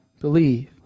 believe